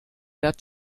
der